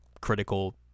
critical